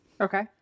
Okay